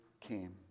came